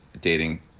dating